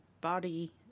body